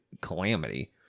calamity